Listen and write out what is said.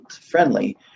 friendly